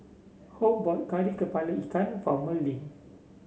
Hope bought Kari kepala Ikan for Merlyn